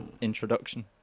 introduction